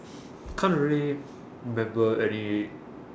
can't really remember any